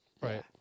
Right